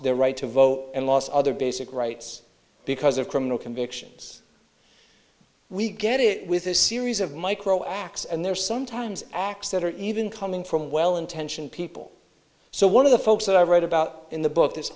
their right to vote and lost other basic rights because of criminal convictions we get hit with a series of micro acts and they're sometimes acts that are even coming from well intentioned people so one of the folks that i wrote about in the book